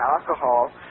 alcohol